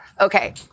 Okay